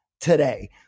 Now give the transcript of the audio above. today